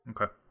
Okay